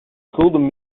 gulden